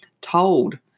told